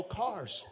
cars